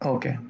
Okay